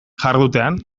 jardutean